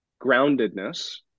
groundedness